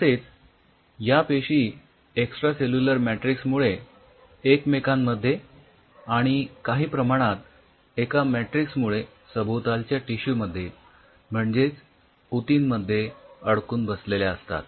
तसेच या पेशी एक्सट्रासेल्युलर मॅट्रिक्स मुळे एकमेकांमध्ये आणि काही प्रमाणात एका मॅट्रिक्स मुळे सभोवतालच्या टिश्यू मध्ये म्हणजेच उतींमध्ये अडकून बसलेल्या असतात